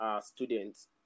students